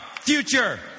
future